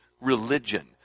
religion